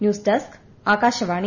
news desk Akashvani